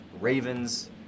Ravens